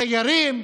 תיירים,